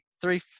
three